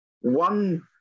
one